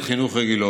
במסגרות חינוך רגילות